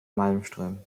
malmström